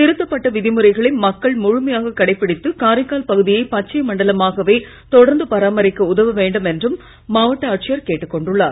திருத்தப்பட்ட விதிமுறைகளை மக்கள் முழுமையாக கடைபிடித்து காரைக்கால் பகுதியை பச்சை மண்டலமாகவே தொடர்ந்து பராமரிக்க உதவும் வேண்டும் என்றும் மாவட்ட ஆட்சியர் கேட்டுக் கொண்டுள்ளார்